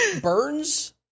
Burns